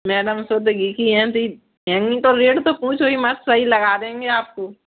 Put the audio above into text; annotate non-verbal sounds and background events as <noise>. madam शुद्ध घी की है <unintelligible> तो रेट तो पूछो ही मत सही लगा देंगे आपको